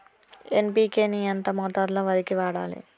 NPK ని ఎంత మోతాదులో వరికి వాడాలి?